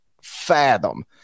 fathom